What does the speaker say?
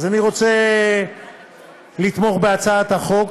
אני רוצה לתמוך בהצעת החוק,